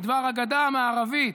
בדבר הגדה המערבית,